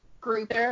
group